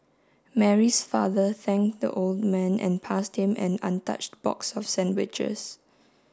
Mary's father thanked the old man and passed him an untouched box of sandwiches